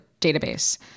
database